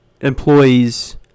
employees